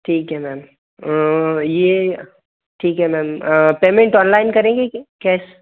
ठीक है मैम ये ठीक है मैम पेमेंट ऑनलाइन करेंगे कि कैश